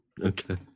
Okay